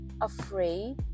afraid